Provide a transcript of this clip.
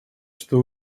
что